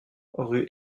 rue